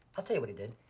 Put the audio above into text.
i'll tell you what he did,